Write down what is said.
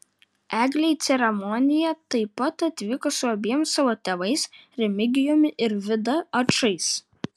eglė į ceremoniją taip pat atvyko su abiem savo tėvais remigijumi ir vida ačais